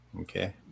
Okay